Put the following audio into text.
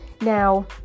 Now